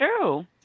true